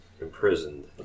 imprisoned